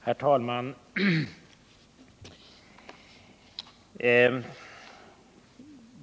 Herr talman!